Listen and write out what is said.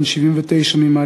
בן 79 ממעלה-אדומים,